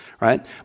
right